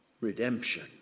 redemption